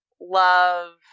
love